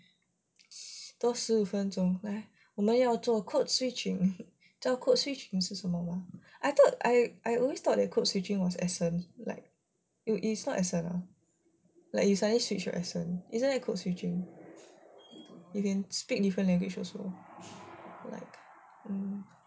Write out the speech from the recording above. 多十五分钟分我们要做 codeswitching 这 codeswitching 是什么 I thought I I always thought that codeswitching was accent like is not accent ah like you suddenly switch to accent isn't that codeswitching you can speak different language also